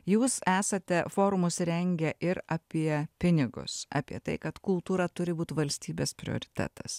jūs esate forumus rengę ir apie pinigus apie tai kad kultūra turi būt valstybės prioritetas